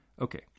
Okay